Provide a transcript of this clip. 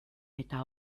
eta